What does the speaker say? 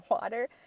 water